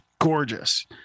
gorgeous